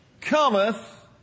cometh